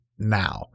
now